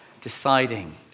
deciding